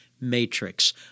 matrix